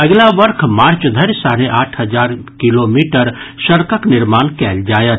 अगिला वर्ष मार्च धरि साढ़े आठ हजार किलोमीटर सड़कक निर्माण कयल जायत